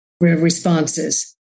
responses